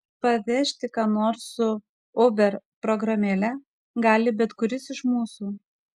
pavežti ką nors su uber programėle gali bet kuris iš mūsų